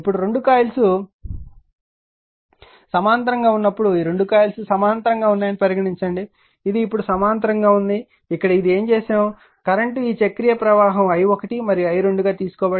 ఇప్పుడు రెండు కాయిల్స్ సమాంతరంగా ఉన్నప్పుడు ఈ రెండు కాయిల్స్ సమాంతరంగా ఉన్నాయని పరిగణించండి ఇది ఇప్పుడు సమాంతరంగా ఉంది ఇక్కడ ఇది ఏమి చేసాము కరెంట్ ఈ చక్రీయ ప్రవాహం i1 మరియు i2 గా తీసుకోబడింది